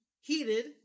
heated